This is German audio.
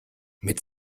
mit